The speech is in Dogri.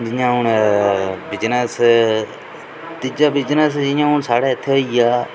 जि'यां हून बिजनेस त्रीया बिजनेस जि'यां हून साढ़ै इत्थै होई गेआ